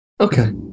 Okay